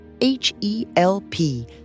H-E-L-P